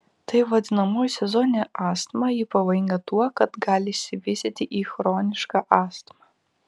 tai vadinamoji sezoninė astma ji pavojinga tuo kad gali išsivystyti ir į chronišką astmą